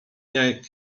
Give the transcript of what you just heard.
jak